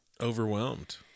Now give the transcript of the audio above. overwhelmed